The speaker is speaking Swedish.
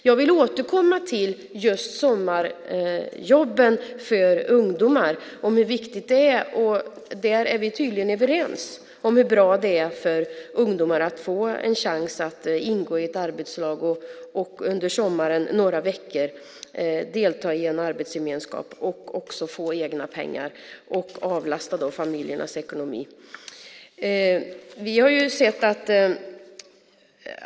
Jag vill återkomma till just sommarjobben för ungdomar och hur viktiga de är. Vi är tydligen överens om hur bra det är för ungdomar att få en chans att ingå i ett arbetslag och några veckor under sommaren delta i en arbetsgemenskap, få egna pengar och avlasta familjernas ekonomi.